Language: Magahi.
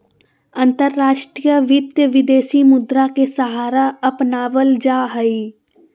अंतर्राष्ट्रीय वित्त, विदेशी मुद्रा के सहारा अपनावल जा हई